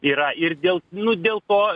yra ir dėl nu dėl ko